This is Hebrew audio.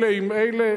אלה עם אלה.